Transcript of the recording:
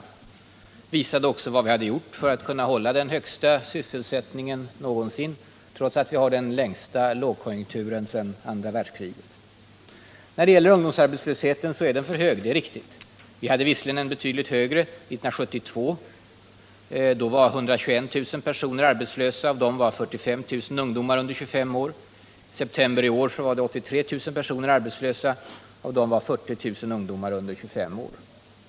Jag visade också vad vi hade gjort för att kunna upprätthålla den högsta sysselsättningen någonsin trots att vi har den långvarigaste lågkonjunkturen sedan andra världskriget. Det är riktigt att ungdomsarbetslösheten är för hög. Vi hade visserligen betydligt högre ungdomsarbetslöshet i september 1972. Då var 121 000 personer arbetslösa, och av dem var 45 000 ungdomar under 25 år. I september i år var 83 000 personer arbetslösa. Av dem var 40 000 ungdomar under 25 år.